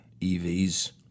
EVs